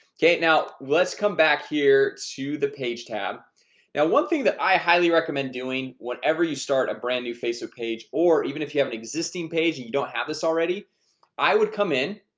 okay? now, let's come back here to the page tab now one thing that i highly recommend doing whenever you start a brand new facebook page, or even if you have an existing page and you don't have this already i would come in